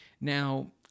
Now